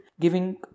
giving